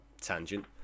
tangent